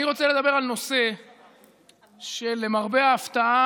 אני רוצה לדבר על נושא שלמרבה ההפתעה